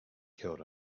killed